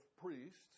priests